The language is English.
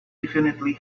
definitely